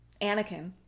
Anakin